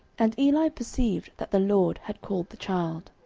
and eli perceived that the lord had called the child.